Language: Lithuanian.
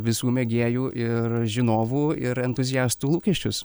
visų mėgėjų ir žinovų ir entuziastų lūkesčius